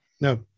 No